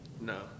no